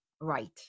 Right